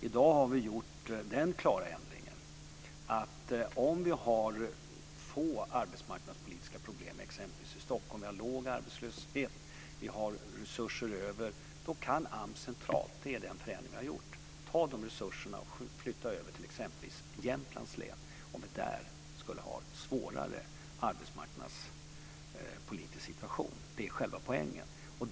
I dag har vi gjort den klara ändringen att om vi har få arbetsmarknadspolitiska problem, exempelvis i Stockholm, med låg arbetslöshet och resurser över, kan AMS centralt ta de resurserna och flytta över dem t.ex. till Jämtlands län om vi där har en svårare arbetsmarknadspolitisk situation. Det är poängen.